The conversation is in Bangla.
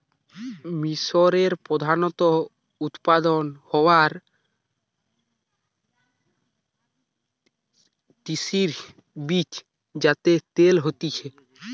মিশরে প্রধানত উৎপাদন হওয়া তিসির বীজ যাতে তেল হতিছে